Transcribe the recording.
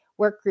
workgroup